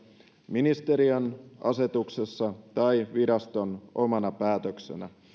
ministeriön asetuksessa tai viraston omana päätöksenä